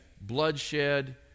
bloodshed